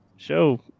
Show